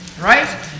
right